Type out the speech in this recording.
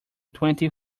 twenty